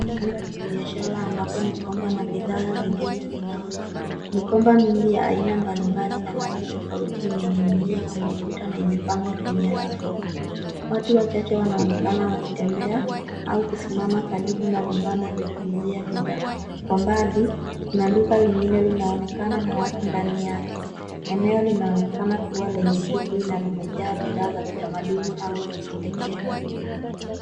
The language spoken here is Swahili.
Eneo la biashara ambapo mikoba na bidhaa zingine zinauzwa. Mikoba mingi ya aina mbalimbali na rangi tofauti imening'inia kwenye kuta na imepangwa kwenye rafu. Watu wachache wanaonekana wakitembea au kusimama karibu na vibanda vya kuuzia bidhaa, kwa mbali kuna duka lingine linaonekana na watu ndani yake. Eneo linaonekana kuwa lenye shuguli na limejaa bidhaa za kitamaduni au za kipekee.